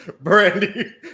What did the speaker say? Brandy